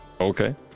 Okay